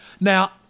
now